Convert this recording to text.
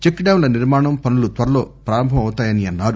check డ్యాంల నిర్మాణం పనులు త్పరలో ప్రారంభమవుతాయన్సారు